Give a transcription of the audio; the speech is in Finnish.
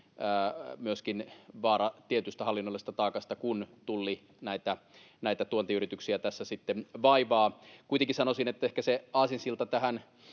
myöskin vaara tietystä hallinnollisesta taakasta, kun Tulli näitä tuontiyrityksiä tässä sitten vaivaa. Kuitenkin sanoisin, että ehkä se aasinsilta tähän